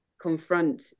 confront